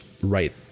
right